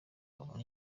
babone